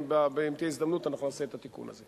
ואם תהיה הזדמנות אנחנו נעשה את התיקון הזה.